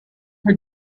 her